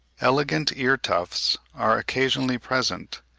elegant ear-tufts are occasionally present.